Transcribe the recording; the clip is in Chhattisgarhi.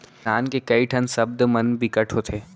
किसान के कइ ठन सब्द मन बिकट होथे